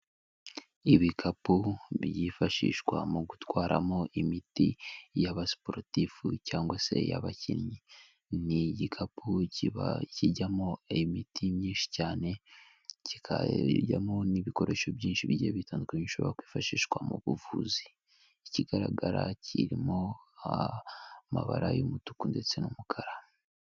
Ibikapu byifashishwa mu gutwaramo imiti y'abasiporutifu cyangwa se y'abakinnyi, ni igikapu kiba kijyamo imiti myinshi cyane, kikajyamo n'ibikoresho byinshi bigiye bitandukanye bishobora kwifashishwa mu buvuzi, ikigaragara kirimo amabara y'umutuku ndetse n'umukara.